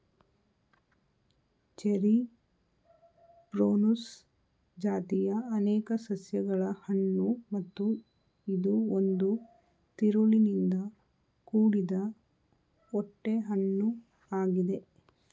cherry prunus ಜಾತಿಯ ಅನೇಕ ಸಸ್ಯಗಳ ಹಣ್ಣು ಮತ್ತು ಇದು ಒಂದು ತಿರುಳಿನಿಂದ ಕೂಡಿದ ಓಟೆ ಹಣ್ಣು ಆಗಿದೆ